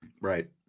right